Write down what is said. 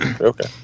Okay